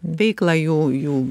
veiklą jų jų